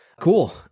Cool